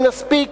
אם נספיק,